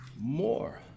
more